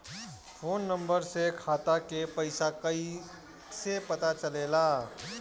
Phone number से खाता के पइसा कईसे पता चलेला?